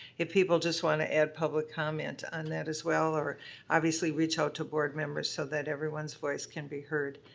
if people just want to add public comments on that as well or obviously reach out to board members, so that everyone's voice can be heard.